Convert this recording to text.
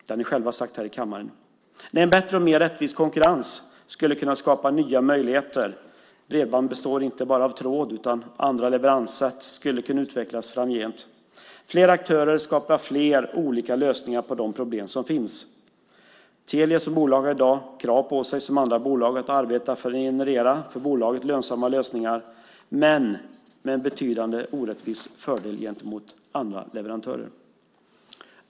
Det har ni själva sagt här i kammaren. Nej, en bättre och mer rättvis konkurrens skulle kunna skapa nya möjligheter. Bredband består inte bara av tråd, utan andra leveranssätt skulle kunna utvecklas framgent. Fler aktörer skapar fler olika lösningar på de problem som finns. Telia som bolag har i dag krav på sig som andra bolag att arbeta för att generera för bolaget lönsamma lösningar men med en betydande orättvis fördel gentemot andra leverantörer.